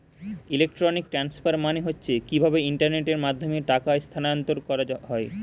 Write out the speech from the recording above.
electronic transfer মানে হচ্ছে কিভাবে ইন্টারনেটের মাধ্যমে টাকা স্থানান্তর করা হয়